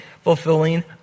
fulfilling